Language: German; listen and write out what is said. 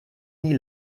nie